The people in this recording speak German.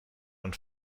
und